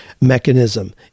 mechanism